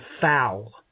foul